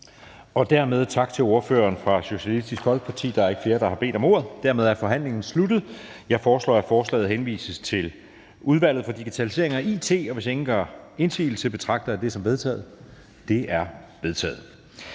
Dermed tak til ordføreren fra Socialistisk Folkeparti. Der er ikke flere, der har bedt om ordet, og dermed er forhandlingen sluttet. Jeg foreslår, at forslaget til folketingsbeslutning henvises til Udvalget for Digitalisering og It. Hvis ingen gør indsigelse, betragter jeg det som vedtaget. Det er vedtaget.